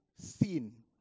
seen